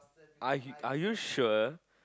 are you are you sure